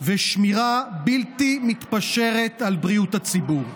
ושמירה בלתי מתפשרת על בריאות הציבור.